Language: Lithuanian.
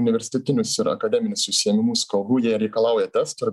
universitetinius ir akademinius užsiėmimus kalbu jie reikalauja testų ir